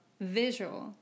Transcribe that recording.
visual